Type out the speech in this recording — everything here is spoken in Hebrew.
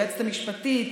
היועצת המשפטית,